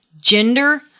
gender